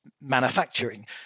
manufacturing